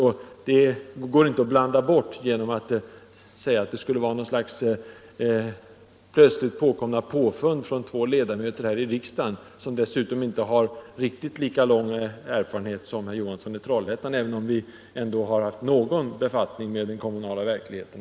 Det går inte att blanda bort den saken genom att säga att det skulle vara något slags plötsligt påfund från två ledamöter här i riksdagen, som dessutom inte har riktigt lika lång erfarenhet som herr Johansson, även om vi ändå har haft någon befattning med den kommunala verksamheten.